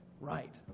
right